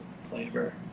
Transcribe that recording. flavor